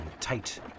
tight